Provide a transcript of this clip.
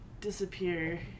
disappear